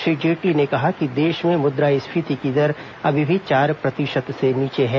श्री जेटली ने कहा कि देश में मुद्रास्फीति की दर अभी भी चार प्रतिशत से नीचे है